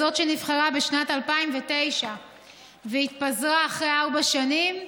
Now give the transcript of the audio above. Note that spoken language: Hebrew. זו שנבחרה בשנת 2009 והתפזרה אחרי ארבע שנים,